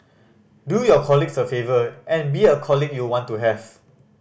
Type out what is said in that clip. do your colleagues a favour and be a colleague you want to have